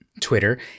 Twitter